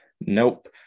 Nope